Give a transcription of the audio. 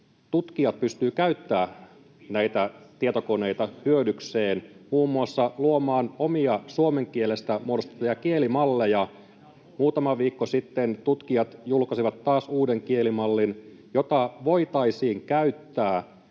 tutkijat pystyvät käyttämään näitä tietokoneita hyödykseen, muun muassa luomaan omia suomen kielestä muodostettuja kielimalleja. Muutama viikko sitten tutkijat julkaisivat taas uuden kielimallin, jota voitaisiin käyttää